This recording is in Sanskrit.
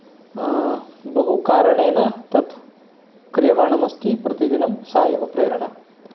बहुकारणेन तत् क्रीयमाणम् अस्ति तत् सा एव प्रेरणा